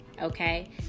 Okay